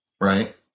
Right